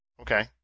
Okay